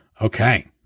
okay